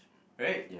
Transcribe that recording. right